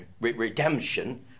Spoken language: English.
redemption